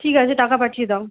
ঠিক আছে টাকা পাঠিয়ে দাও